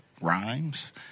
rhymes